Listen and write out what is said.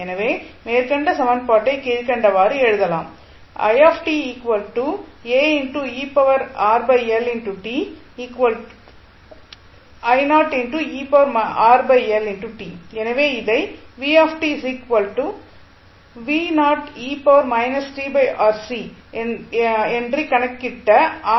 எனவே மேற்கண்ட சமன்பாட்டைக் கீழ்கண்டவாறு எழுதலாம் எனவே இதை என்று கணக்கிட்ட ஆர்